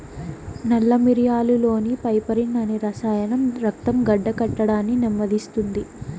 నల్ల మిరియాలులోని పైపెరిన్ అనే రసాయనం రక్తం గడ్డకట్టడాన్ని నెమ్మదిస్తుంది